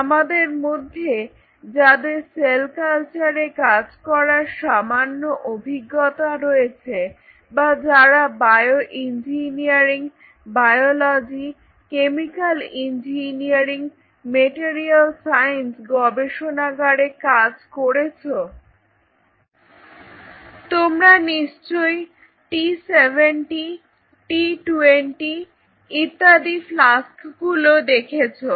আমাদের মধ্যে যাদের সেল কালচারে কাজ করার সামান্য অভিজ্ঞতা রয়েছে বা যারা bioengineering biology chemical engineering material science গবেষণাগারে কাজ করেছো তোমরা নিশ্চয়ই T70T20 ইত্যাদি ফ্লাস্কগুলো দেখেছো